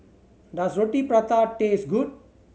does Roti Prata taste good